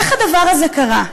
איך הדבר הזה קרה?